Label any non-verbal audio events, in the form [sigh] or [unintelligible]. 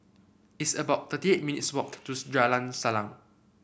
it's about thirty eight minutes walk [unintelligible] Jalan Salang